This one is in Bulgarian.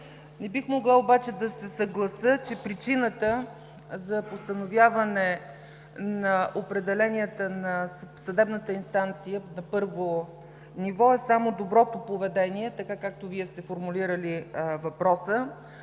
Не бих могла обаче да се съглася, че причината за постановяване на определенията на съдебната инстанция на първо ниво е само доброто поведение, както Вие сте формулирали въпроса,